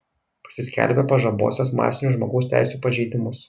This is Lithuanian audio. pasiskelbė pažabosiąs masinius žmogaus teisių pažeidimus